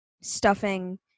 stuffing